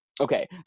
okay